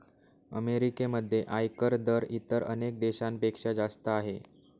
अमेरिकेमध्ये आयकर दर इतर अनेक देशांपेक्षा जास्त आहे